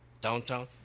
Downtown